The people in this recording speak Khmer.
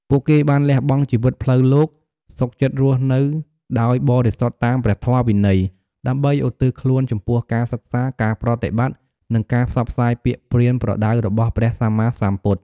ពួកគេបានលះបង់ជីវិតផ្លូវលោក សុខចិត្តរស់នៅដោយបរិសុទ្ធតាមព្រះធម៌វិន័យ ដើម្បីឧទ្ទិសខ្លួនចំពោះការសិក្សា ការប្រតិបត្តិ និងការផ្សព្វផ្សាយពាក្យប្រៀនប្រដៅរបស់ព្រះសម្មាសម្ពុទ្ធ។